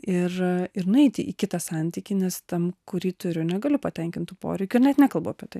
ir ir nueiti į kitą santykį nes tam kurį turiu negaliu patenkintų poreikių net nekalbu apie tai